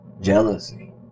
jealousy